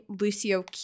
Lucio